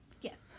Yes